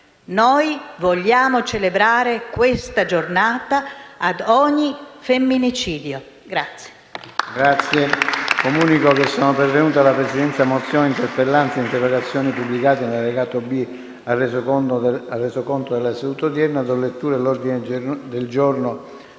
Noi vogliamo celebrare questa giornata ad ogni femminicidio.